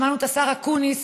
שמענו את השר אקוניס: